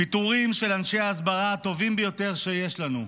פיטורים של אנשי ההסברה הטובים ביותר שיש לנו,